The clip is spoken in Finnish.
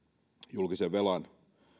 julkisen velan